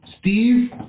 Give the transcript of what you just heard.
Steve